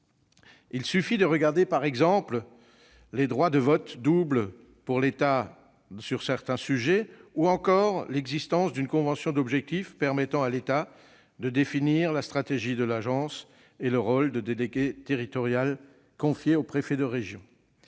Il suffit de regarder, par exemple, les droits de vote double pour l'État sur certains sujets, ou encore l'existence d'une convention d'objectifs permettant à ce dernier de définir la stratégie de l'Agence et le rôle de délégué territorial, confié au préfet de région.